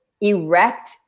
erect